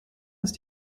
ist